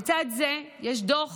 לצד זה, יש דוח